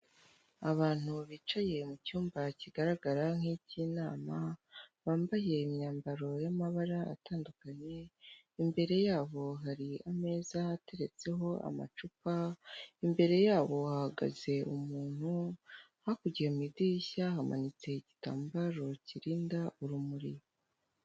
Abantu bicaye mu cyumba kigaragara nk'ik'inama bambaye imyambaro y'amabara atandukanye imbere yabo hari ameza ateretseho amacupa imbere yabo hahagaze umuntu hakurya ye mu idirishya hamanitse igitambaro kirinda urumuri.